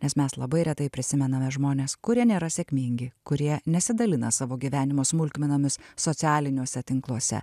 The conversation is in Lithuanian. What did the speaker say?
nes mes labai retai prisimename žmones kurie nėra sėkmingi kurie nesidalina savo gyvenimo smulkmenomis socialiniuose tinkluose